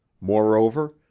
Moreover